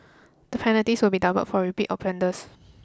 the penalties will be doubled for repeat offenders